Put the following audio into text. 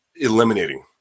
eliminating